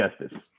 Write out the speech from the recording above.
justice